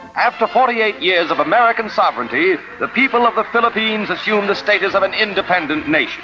after forty eight years of american sovereignty, the people of the philippines assumed the status of an independent nation.